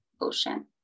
ocean